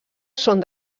són